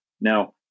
Now